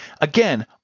Again